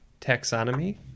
Taxonomy